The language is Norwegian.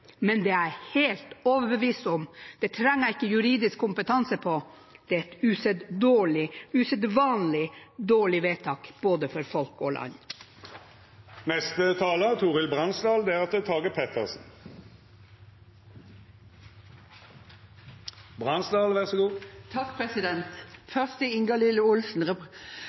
Men det jeg er helt overbevist om, trenger jeg ikke juridisk kompetanse på: Det er et usedvanlig dårlig vedtak for både folk og land. Først til representanten Ingalill Olsen: Jeg kalte ikke det